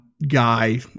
Guy